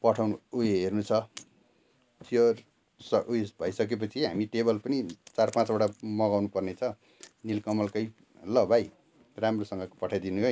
पठाउनु ऊ यो हेर्नु छ चियर स ऊ यस भइसकेपछि हामी टेबल पनि चार पाँचवटा मगाउनु पर्नेछ निलकमलकै ल भाइ राम्रोसँगको पठाइदिनु है